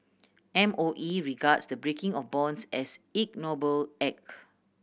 M O E regards the breaking of bonds as ignoble act